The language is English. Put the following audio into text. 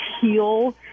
heal